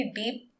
deep